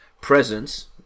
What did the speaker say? presence